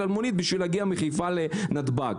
בשביל להגיע מחיפה לנתב"ג.